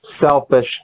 selfish